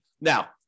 now